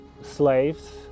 slaves